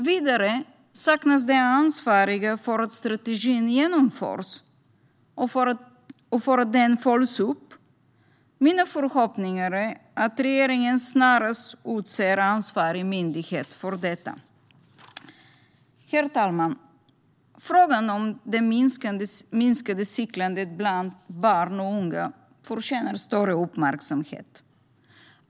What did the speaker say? Vidare saknas det ansvariga för att strategin genomförs och följs upp. Min förhoppning är att regeringen snarast utser en ansvarig myndighet för detta. Herr talman! Frågan om det minskade cyklandet bland barn och unga förtjänar större uppmärksamhet.